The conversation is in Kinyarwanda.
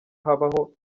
habaho